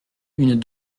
une